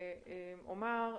אומר,